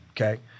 okay